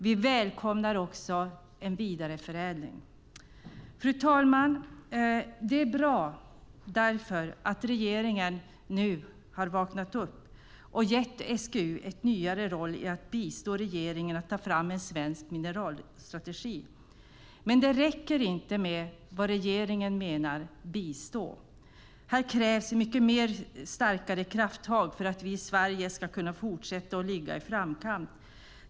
Vi välkomnar också en vidareförädling. Fru talman! Det är därför bra att regeringen nu har vaknat upp och gett SGU en ny roll i att bistå regeringen att ta fram en svensk mineralstrategi. Men det räcker inte med det regeringen menar med att bistå. Här krävs starkare krafttag för att vi i Sverige ska kunna fortsätta att ligga i framkant.